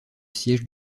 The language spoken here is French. sièges